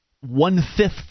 one-fifth